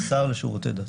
השר לשירותי דת.